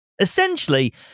Essentially